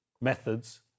methods